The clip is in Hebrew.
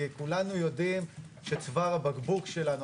כי כולנו יודעים שצוואר הבקבוק שלנו,